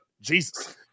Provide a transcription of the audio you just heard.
Jesus